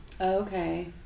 Okay